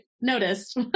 noticed